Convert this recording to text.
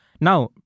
Now